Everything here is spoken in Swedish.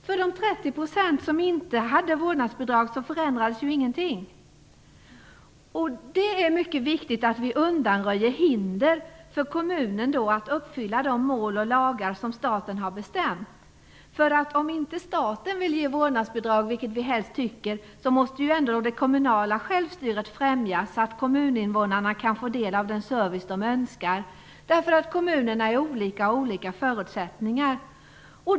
För de Det är mycket viktigt att vi undanröjer hinder för kommunen att uppfylla de mål och lagar som staten har bestämt. Om inte staten vill ge vårdnadsbidrag, vilket vi helst vill, måste det kommunala självstyret främjas, så att kommuninvånarna kan få del av den service som de önskar. Kommunerna är olika och har olika förutsättningar.